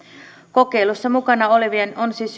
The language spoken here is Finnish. kokeilussa mukana olevien on siis